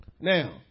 Now